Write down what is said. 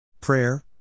Prayer